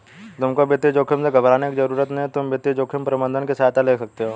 तुमको वित्तीय जोखिम से घबराने की जरूरत नहीं है, तुम वित्तीय जोखिम प्रबंधन की सहायता ले सकते हो